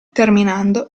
terminando